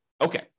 Okay